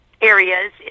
areas